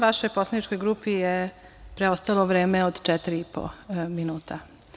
Vašoj poslaničkoj grupi je preostalo vreme od četiri i po minuta.